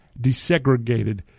desegregated